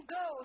go